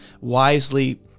wisely